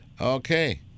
Okay